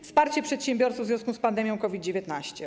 Wsparcie przedsiębiorców w związku z pandemią COVID-19.